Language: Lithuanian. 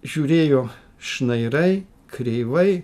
žiūrėjo šnairai kreivai